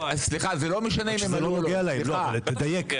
סליחה, זה לא משנה אם הם עלו או לא, תדייק.